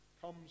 comes